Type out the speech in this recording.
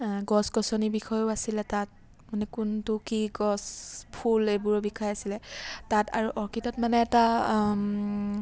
গছ গছনিৰ বিষয়েও আছিলে তাত মানে কোনটো কি গছ ফুল এইবোৰৰ বিষয়ে আছিলে তাত আৰু অৰ্কিডত মানে এটা